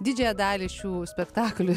didžiąją dalį šių spektaklių